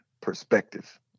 perspective